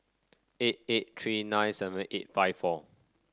eight eight three nine seven eight five four